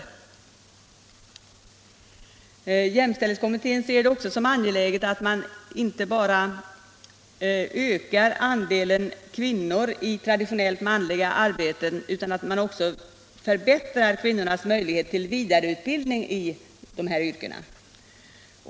Arbetsmarknadspolitiken Arbetsmarknadspolitiken Jämställdhetskommittén ser det vidare som angeläget att man inte bara ökar andelen kvinnor i traditionellt manliga arbeten utan att man också förbättrar kvinnans möjligheter till vidareutbildning i de här yrkena.